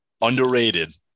underrated